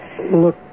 Look